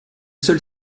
seul